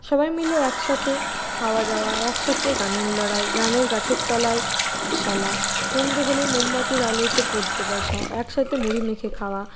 সবাই মিলে একসাথে খাওয়া দাওয়া একসাথে গানের লড়াই গ্রামের গাছের তলায় পাঠশালা সন্ধ্যে হলেই মোমবাতির আলোতে পড়তে বসা এক সাথে মুড়ি মেখে খাওয়া